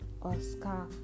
oscar